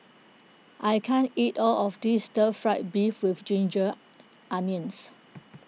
I can't eat all of this Stir Fry Beef with Ginger Onions